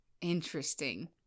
Interesting